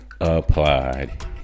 applied